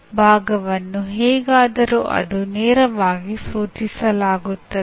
ಈಗ ಇತ್ತೀಚಿನದನ್ನು ಹ್ಯೂಟಾಗೊಜಿ ಎಂದು ಕರೆಯಲಾಗುತ್ತದೆ